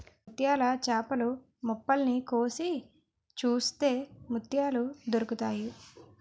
ముత్యాల చేపలు మొప్పల్ని కోసి చూస్తే ముత్యాలు దొరుకుతాయి